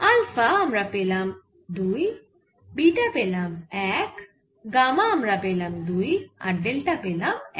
alpha আমরা পেলাম 2 beta পেলাম 1 গামা আমরা পেলাম 2 আর ডেল্টা পেলাম 1